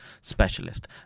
specialist